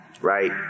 right